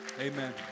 Amen